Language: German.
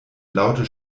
laute